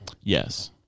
Yes